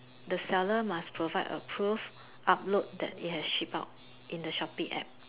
the seller must provide a proof upload that it has ship out in the Shopee App